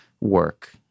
work